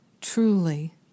truly